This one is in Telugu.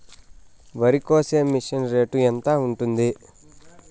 వరికోసే మిషన్ రేటు ఎంత ఉంటుంది?